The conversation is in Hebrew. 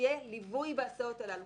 שיהיה ליווי בהסעות הללו.